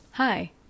Hi